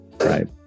right